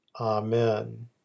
Amen